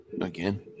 Again